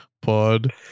pod